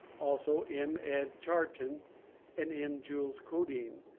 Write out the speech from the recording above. also m. ed. charton and m. jules codine,